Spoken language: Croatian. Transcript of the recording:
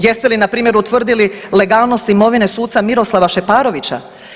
Jeste li npr. utvrdili legalnost imovine suca Miroslava Šeparovića?